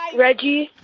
reggie.